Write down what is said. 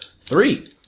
three